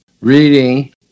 Reading